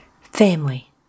Family